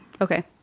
Okay